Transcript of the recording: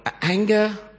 anger